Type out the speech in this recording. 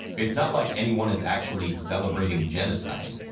it's not like anyone is actually celebrating genocide.